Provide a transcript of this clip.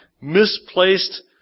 misplaced